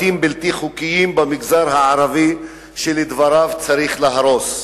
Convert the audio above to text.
בתים בלתי חוקיים במגזר הערבי שלדבריו צריך להרוס.